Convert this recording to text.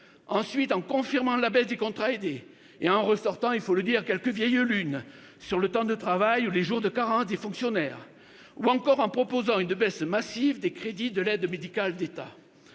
ensuite, en confirmant la baisse des contrats aidés et en ressortant quelques vieilles lunes, sur le temps de travail ou les jours de carence des fonctionnaires, ou encore en proposant une baisse massive des crédits de l'aide médicale de l'État.